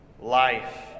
life